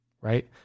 right